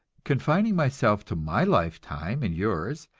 confining myself to my lifetime and yours,